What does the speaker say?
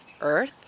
earth